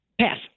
Pass